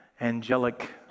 angelic